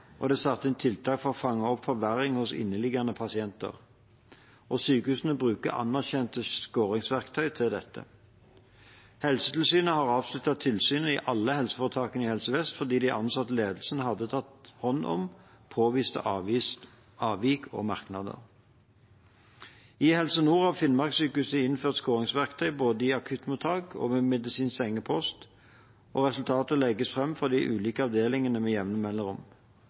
og det er satt inn tiltak for å fange opp forverring hos inneliggende pasienter. Sykehusene bruker anerkjente skåringsverktøy til dette. Helsetilsynet har avsluttet tilsynet i alle helseforetakene i Helse Vest fordi de anså at ledelsen hadde tatt hånd om påviste avvik og merknader. I Helse Nord har Finnmarkssykehuset innført skåringsverktøy både i akuttmottak og ved medisinsk sengepost, og resultatet legges fram for de ulike avdelingene